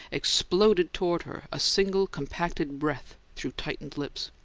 exploded toward her a single compacted breath through tightened lips.